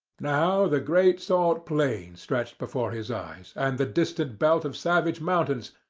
now the great salt plain stretched before his eyes, and the distant belt of savage mountains,